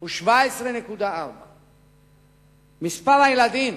הוא 17.4. מספר הילדים